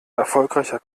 erfolgreicher